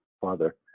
father